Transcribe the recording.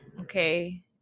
okay